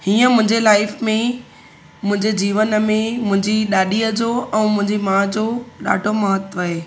हीअं मुंहिंजे लाइफ़ में मुंहिंजे जीवन में मुंहिंजी ॾाॾीअ जो ऐं मुंहिंजी माउ जो ॾाढो महत्त्व आहे